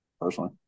personally